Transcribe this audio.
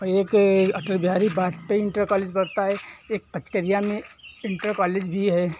औ एक Atal Bihari Bajpayee inter college पड़ता है एक पचकरिया में इन्टर कॉलेज भी है